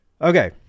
Okay